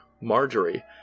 Marjorie